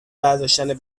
برداشتن